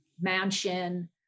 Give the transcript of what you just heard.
mansion